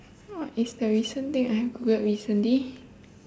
what is the recent thing I googled recently